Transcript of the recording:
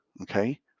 Okay